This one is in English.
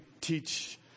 teach